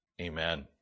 Amen